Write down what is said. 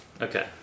okay